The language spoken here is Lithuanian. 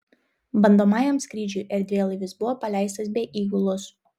bandomajam skrydžiui erdvėlaivis buvo paleistas be įgulos